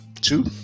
two